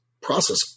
process